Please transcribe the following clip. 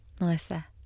Melissa